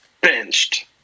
Benched